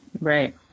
right